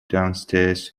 downstairs